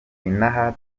inaha